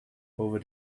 over